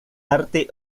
arte